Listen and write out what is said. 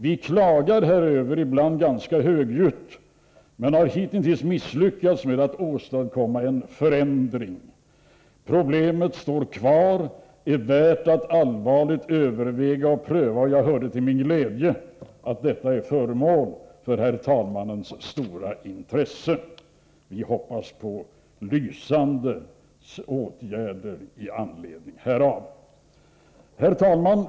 Vi klagar häröver — ibland ganska högljutt — men har hitintills misslyckats med att åstadkomma en förändring. Problemet står kvar och är värt att allvarligt övervägas och prövas. Jag hörde till min glädje att detta är föremål för herr talmannens stora intresse. Vi hoppas på lysande åtgärder i anledning härav. Herr talman!